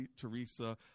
Teresa